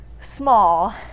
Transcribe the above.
small